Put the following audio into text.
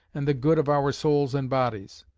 and the good of our souls and bodies.